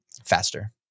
Faster